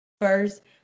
first